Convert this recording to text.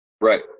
right